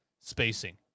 spacing